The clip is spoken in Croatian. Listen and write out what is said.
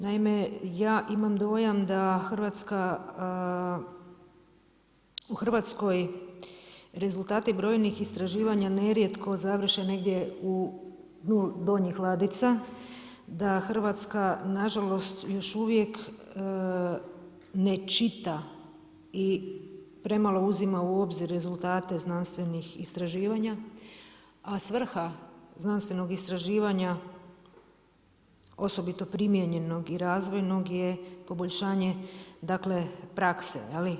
Naime, ja imam dojam da u Hrvatskoj rezultati brojnih istraživanja nerijetko završe negdje na dnu donjih ladica, da Hrvatska na žalost još uvijek ne čita i premalo uzima u obzir rezultate znanstvenih istraživanja, a svrha znanstvenog istraživanja osobito primijenjenog i razvojnog je poboljšanje dakle prakse.